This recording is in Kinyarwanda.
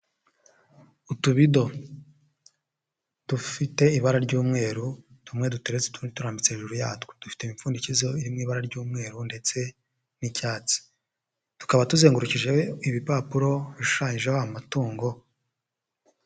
Utubido dufite ibara ry'umweru, tumwe duturetse utundi turambitse hejuru yatwo. Dufite imipfundikizo iri mu ibara ry'umweru ndetse n'icyatsi. Tukaba tuzengurukije ibipapuro bishushanyijeho amatungo.